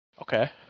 Okay